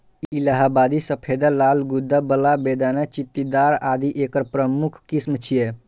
इलाहाबादी सफेदा, लाल गूद्दा बला, बेदाना, चित्तीदार आदि एकर प्रमुख किस्म छियै